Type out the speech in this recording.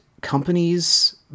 companies